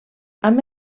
amb